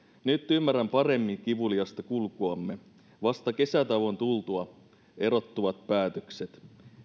nyt ymmärrän paremmin kivuliasta kulkuamme vasta kesätauon tultua erottuvat päätökset